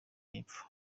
yepfo